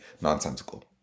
nonsensical